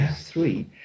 three